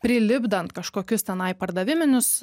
prilipdant kažkokius tenai pardaviminius